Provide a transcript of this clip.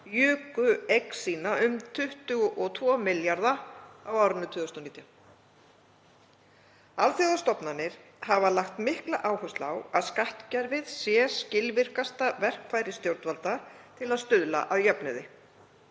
juku eign sína um 22 milljarða kr. á árinu 2019. Alþjóðastofnanir hafa lagt mikla áherslu á að skattkerfið sé skilvirkasta verkfæri stjórnvalda til að stuðla að jöfnuði.